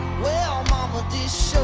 well, mama, this